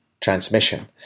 transmission